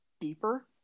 deeper